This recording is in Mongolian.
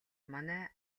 манай